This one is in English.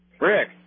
Rick